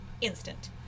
instant